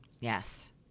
Yes